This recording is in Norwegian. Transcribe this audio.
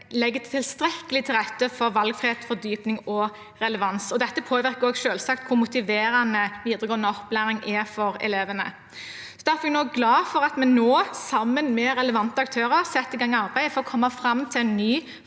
legger tilstrekkelig til rette for valgfrihet, fordypning og relevans. Dette påvirker selvsagt også hvor motiverende videregående opplæring er for elevene. Derfor er jeg glad for at vi sammen med relevante aktører nå setter i gang arbeidet for å komme fram til en ny